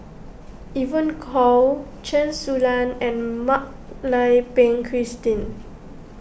Evon Kow Chen Su Lan and Mak Lai Peng Christine